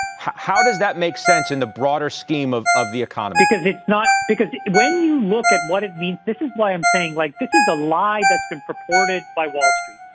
how does that make sense in the broader scheme of of the economy? because it's not because when you look at what it means, this is why i'm saying like, this is a lie that's been purported by wall street.